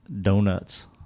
donuts